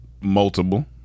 multiple